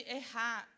errar